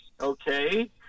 okay